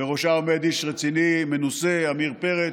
בראשה עומד איש רציני, מנוסה, עמיר פרץ,